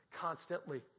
constantly